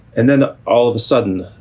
and then all of a sudden,